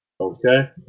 Okay